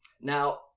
Now